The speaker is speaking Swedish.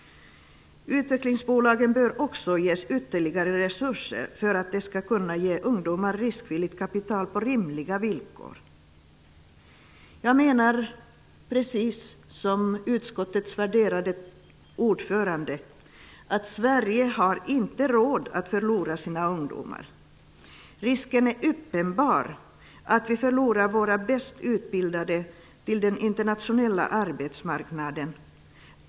Utvecklingsbolagen bör också ges ytterligare resurser för att de skall kunna ge ungdomar riskvilligt kapital på rimliga villkor. Jag menar, precis som utskottets värderade ordförande, att Sverige inte har råd att förlora sina ungdomar. Risken är uppenbar att vi förlorar våra bäst utbildade till den internationella arbetsmarknaden.